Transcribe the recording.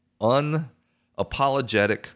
unapologetic